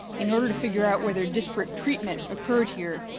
in order to figure out whether disparate treatment occurred here,